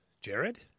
Jared